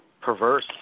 perverse